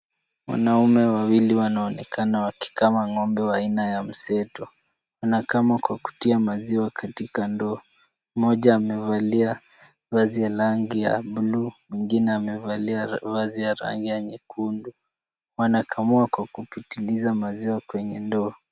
Wanaume wawili wanaonekana wakikama ng'ombe wa aina ya mseto. Wanakama kwa kutia maziwa katika ndoo. Mmoja amevalia vazi la rangi ya bluu, mwingine amevalia vazi ya rangi ya nyekundu. Wanakamua kwa kupitiliza maziwa kwenye ndoo.